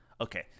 Okay